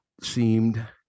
seemed